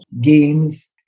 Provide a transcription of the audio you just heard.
games